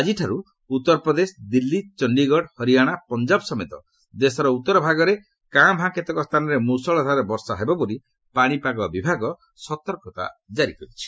ଆଜିଠାରୁ ଉତ୍ତରପ୍ରଦେଶ ଦିଲ୍ଲୀ ଚଣ୍ଡୀଗଡ଼ ହରିଆଣା ପଞ୍ଜାବ ସମେତ ଦେଶର ଉତ୍ତର ଭାଗର କାଁଭାଁ କେତେକ ସ୍ଥାନରେ ମୃଷଳ ଧାରାରେ ବର୍ଷା ହେବ ବୋଲି ପାଣିପାଗ ବିଭାଗ ସତର୍କତା ଜାରି କରିଛି